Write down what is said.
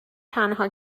تنها